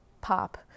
pop